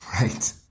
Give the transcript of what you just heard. Right